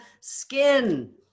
skin